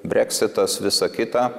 breksitas visa kita